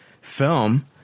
film